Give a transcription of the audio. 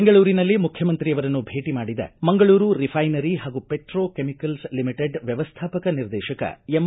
ಬೆಂಗಳೂರಿನಲ್ಲಿ ಮುಖ್ಯಮಂತ್ರಿಯವರನ್ನು ಭೇಟ ಮಾಡಿದ ಮಂಗಳೂರು ರಿಫೈನರಿ ಹಾಗೂ ಪೆಟ್ರೊ ಕೆಮಿಕಲ್ಲ್ ಲಿಮಿಟೆಡ್ ವ್ದವಸ್ಥಾಪಕ ನಿರ್ದೇಶಕ ಎಂ